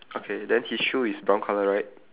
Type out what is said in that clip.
okay then his shoe is brown colour right